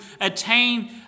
attain